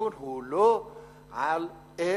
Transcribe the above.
הדיון הוא לא על איך